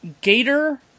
gator